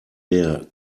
der